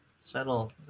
Settle